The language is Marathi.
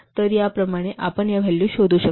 तर या प्रमाणे आपण या व्हॅल्यू शोधू शकता